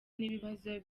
n’ibibazo